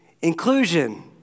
inclusion